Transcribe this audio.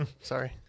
Sorry